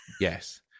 yes